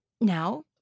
Now